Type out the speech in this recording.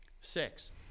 Six